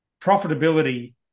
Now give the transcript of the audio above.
profitability